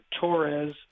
Torres